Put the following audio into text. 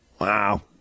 Wow